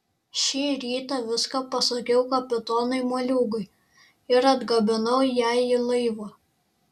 šį rytą viską pasakiau kapitonui moliūgui ir atgabenau ją į laivą